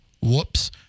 Whoops